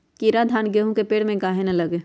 कीरा धान, गेहूं के पेड़ में काहे न लगे?